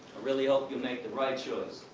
really hope you make the right choice.